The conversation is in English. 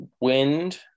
wind